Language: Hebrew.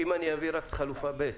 אם אני אעביר את חלופה ב',